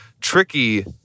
tricky